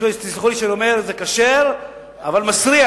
תסלחו לי שאני אומר את זה: זה כשר אבל מסריח.